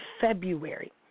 February